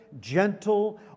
gentle